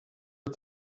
got